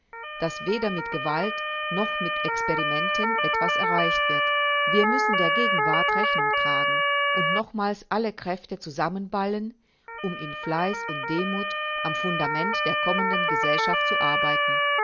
daß weder mit gewalt noch mit experimenten etwas erreicht wird wir müssen der gegenwart rechnung tragen und nochmals alle kräfte zusammenballen um in fleiß und demut am fundament der kommenden gesellschaft zu arbeiten